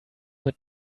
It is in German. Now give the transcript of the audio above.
mit